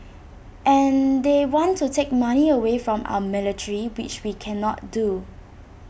and they want to take money away from our military which we cannot do